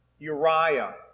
Uriah